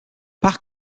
par